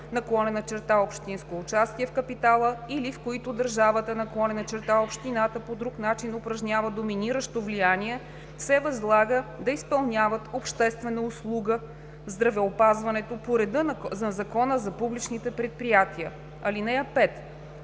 на сто държавно/общинско участие в капитала или в които държавата/общината по друг начин упражнява доминиращо влияние, се възлага да изпълняват обществена услуга в здравеопазването по реда на Закона за публичните предприятия. (5)